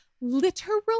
literal